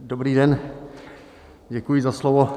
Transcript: Dobrý den, děkuji za slovo.